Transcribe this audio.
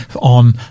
on